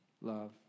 love